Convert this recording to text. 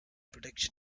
prediction